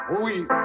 Oui